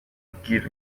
abwira